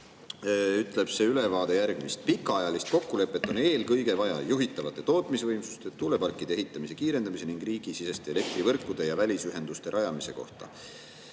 ütleb see ülevaade järgmist: "Pikaajalist kokkulepet on eelkõige vaja juhitavate tootmisvõimsuste, tuuleparkide ehitamise kiirendamise ning riigisiseste elektrivõrkude ja välisühenduste rajamise kohta."